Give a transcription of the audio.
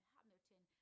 Hamilton